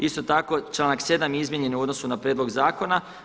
Isto tako, članak 7. je izmijenjen u odnosu na prijedlog zakona.